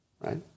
right